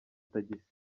tagisi